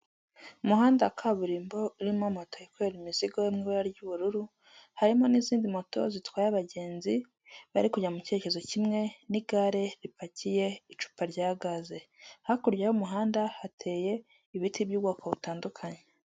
Umuhanda wa kaburimbo urimo moto yikorera imizigo yo mu ibara ry'ubururu, harimo n'izindi moto zitwaye abagenzi, bari kujya mu cyerekezo kimwe n'igare ripakiye icupa rya gaze, hakurya y'umuhanda hateye ibiti by'ubwoko butandukanye.